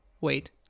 wait